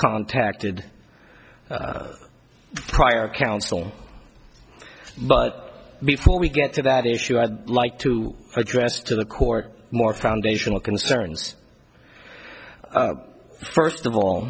contacted prior counsel but before we get to that issue i'd like to address to the court more foundational concerns first of all